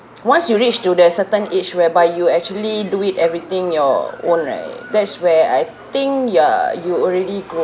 once you reach to the certain age whereby you actually do it everything your own right that's where I think ya you already grow